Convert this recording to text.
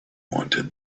wanted